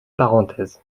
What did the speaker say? parenthèse